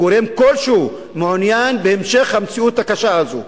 גורם כלשהו מעוניין בהמשך המציאות הקשה הזו.